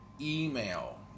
email